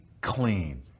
clean